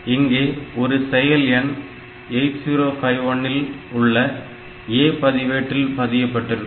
இங்கே ஒரு செயல் எண் 8051 இல் உள்ள A பதிவேட்டில் பதியப்பட்டிருக்கும்